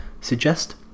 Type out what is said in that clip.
suggest